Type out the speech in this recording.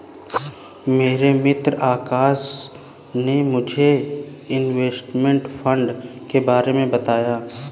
मेरे मित्र आकाश ने मुझे इनवेस्टमेंट फंड के बारे मे बताया